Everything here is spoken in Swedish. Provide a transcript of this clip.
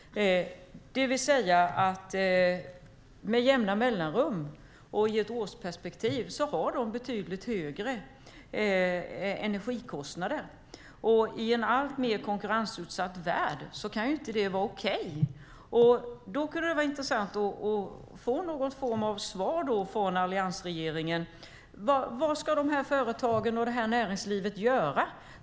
Med jämna mellanrum och i ett årsperspektiv har de betydligt högre energikostnader. I en alltmer konkurrensutsatt värld kan inte det vara okej. Vad ska de här företagen och det här näringslivet göra?